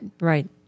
Right